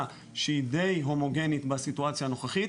שהיא די הומוגנית בסיטואציה הנוכחית.